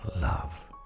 love